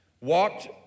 walked